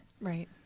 Right